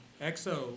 XO